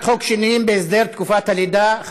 חוק שינויים בהסדר תקופת הלידה וההורות (תיקוני חקיקה),